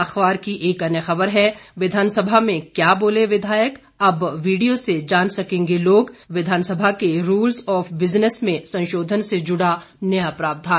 अखबार की एक अन्य ख़बर है विधानसभा में क्या बोले विधायक अब विडियो से जान सकेंगे लोग विधानसभा के रूल्स ऑफ बिजनेस में संशोधन से जुड़ा नया प्रावधान